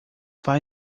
vai